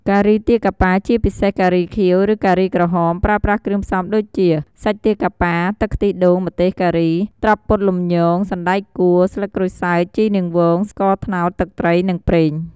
ការីទាកាប៉ា ជាពិសេសការីខៀវ ឬការីក្រហម ប្រើប្រាស់គ្រឿងផ្សំដូចជា សាច់ទាកាប៉ា ទឹកខ្ទិះដូង ម្ទេស ការី ត្រប់ពុតលំញង សណ្តែកកួរ ស្លឹកក្រូចសើច ជីរនាងវង ស្ករត្នោត ទឹកត្រី និងប្រេង។